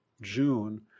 June